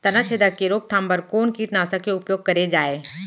तनाछेदक के रोकथाम बर कोन कीटनाशक के उपयोग करे जाये?